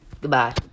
Goodbye